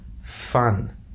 fun